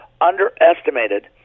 underestimated